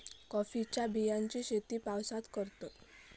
कॉफीच्या बियांची शेती पावसात करतत